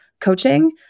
coaching